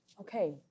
okay